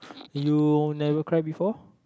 you never cry before